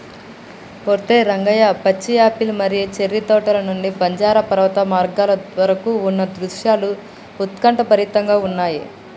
ఓరై రంగయ్య పచ్చి యాపిల్ మరియు చేర్రి తోటల నుండి బంజరు పర్వత మార్గాల వరకు ఉన్న దృశ్యాలు ఉత్కంఠభరితంగా ఉన్నయి